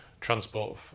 transport